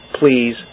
please